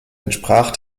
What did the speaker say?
entsprach